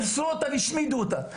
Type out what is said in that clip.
השמידו אותה.